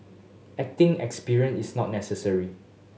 acting experience is not necessary